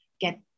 get